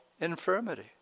infirmity